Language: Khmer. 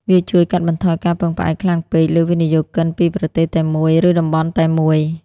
វាជួយកាត់បន្ថយការពឹងផ្អែកខ្លាំងពេកលើវិនិយោគិនពីប្រទេសតែមួយ ឬតំបន់តែមួយ។